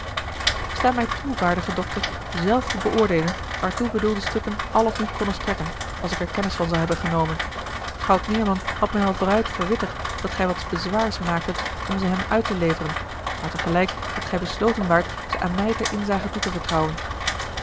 sta mij toe waardige dokter zelf te beoordeelen waartoe a l g bosboom-toussaint de delftsche wonderdokter eel bedoelde stukken al of niet konnen strekken als ik er kennis van zal hebben genomen schout meerman had mij al vooruit verwittigd dat gij wat bezwaars maaktet om ze hem uit te leveren maar tegelijk dat gij besloten waart ze aan mij ter inzage toe te vertrouwen